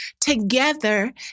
together